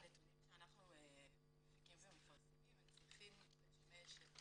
הנתונים שאנחנו מפיקים ומפרסמים צריכים לשמש את